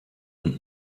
und